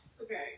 Okay